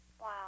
Wow